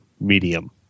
medium